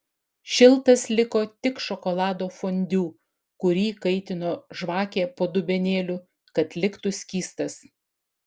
šiltas liko tik šokolado fondiu kurį kaitino žvakė po dubenėliu kad liktų skystas